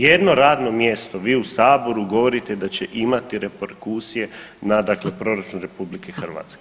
Jedno radno mjesto vi u saboru govorite da će imati reperkusije na dakle proračun RH.